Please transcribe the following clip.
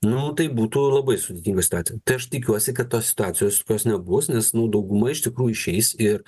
nu tai būtų labai sudėtinga situacija tai aš tikiuosi kad tos situacijos tokios nebus nes nu dauguma iš tikrųjų išeis ir